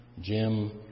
Jim